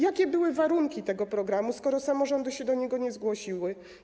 Jakie były warunki tego programu, skoro samorządy się do niego nie zgłosiły?